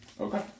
Okay